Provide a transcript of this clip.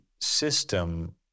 system